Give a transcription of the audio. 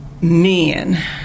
men